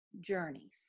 journeys